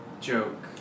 joke